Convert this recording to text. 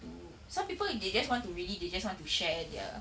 to some people they just want to really they just want to share their